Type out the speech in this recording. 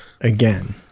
again